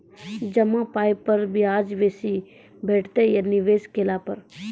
जमा पाय पर ब्याज बेसी भेटतै या निवेश केला पर?